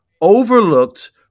overlooked